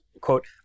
quote